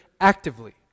actively